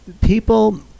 People